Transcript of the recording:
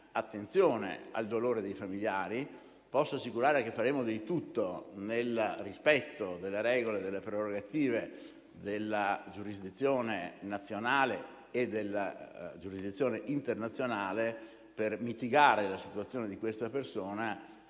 attenzione al dolore dei familiari. Posso assicurare che faremo di tutto, nel rispetto delle regole e delle prerogative della giurisdizione nazionale e della giurisdizione internazionale, per mitigare la situazione di questa persona